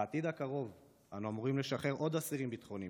בעתיד הקרוב אנו אמורים לשחרר עוד אסירים ביטחוניים,